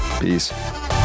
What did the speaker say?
Peace